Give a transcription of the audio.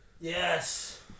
Yes